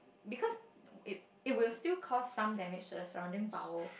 because it it will still cause some damage to the surrounding bowel